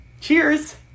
Cheers